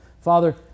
Father